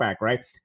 right